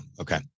okay